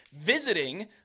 visiting